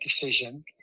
decision